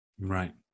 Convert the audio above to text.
right